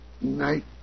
Night